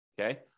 Okay